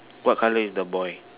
what colour is the boy